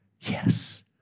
yes